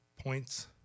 points